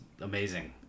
amazing